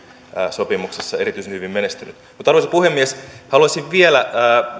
sopimuksessa erityisen hyvin menestynyt arvoisa puhemies haluaisin vielä